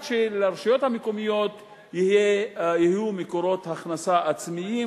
שלרשויות המקומיות יהיו מקורות הכנסה עצמיים,